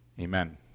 amen